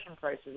prices